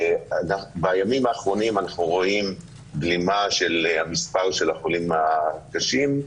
בימים האחרונים אנחנו רואים בלימה של המספר של החולים הקשים,